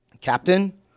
captain